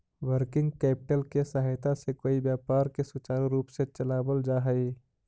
working capital के सहायता से कोई व्यापार के सुचारू रूप से चलावल जा हई